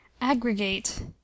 aggregate